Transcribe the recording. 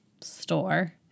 store